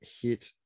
hit